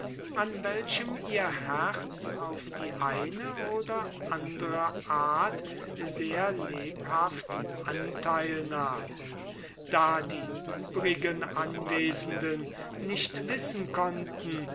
an welchem ihr herz auf die eine oder andre art sehr lebhaft anteil nahm da die übrigen anwesenden nicht wissen konnten